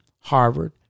Harvard